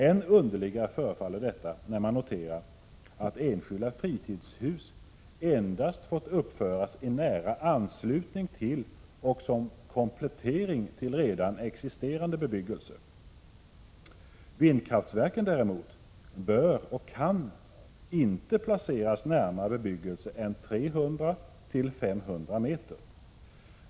Än underligare förefaller detta när man noterar att enskilda fritidshus endast fått uppföras i nära anslutning till och som komplettering till redan existerande bebyggelse. Vindkraftverken däremot bör och kan inte placeras närmare bebyggelsen än 300-500 meter.